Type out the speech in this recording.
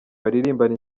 baririmbana